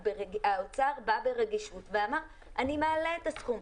האוצר בא ברגישות ואמר שהוא מעלה את הסכום.